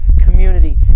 community